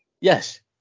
Yes